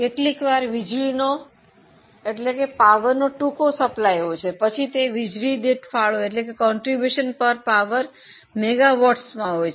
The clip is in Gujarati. કેટલીકવાર વીજળીનો ટૂંકા સપ્લાય થાય છે તે પછી તે વીજળી દીઠ ફાળો મેગાવાટમાં હોય છે